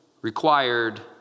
required